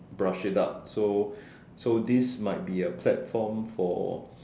brush it up so so this might be a platform for